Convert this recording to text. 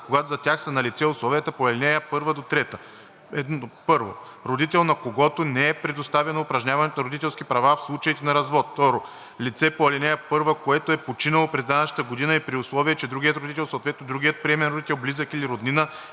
когато за тях са налице условията по ал. 1 – 3: 1. родител, на когото не е предоставено упражняването на родителските права в случаите на развод; 2. лице по ал. 1, което е починало през данъчната година и при условие че другият родител, съответно другият приемен родител, близък или роднина,